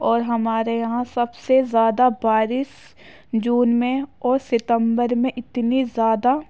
اور ہمارے یہاں سب سے زیادہ بارش جون میں اور ستمبر میں اتنی زیادہ